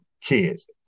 kids